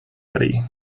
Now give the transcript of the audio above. daddy